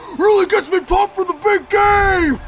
really gets me pumped for the big game!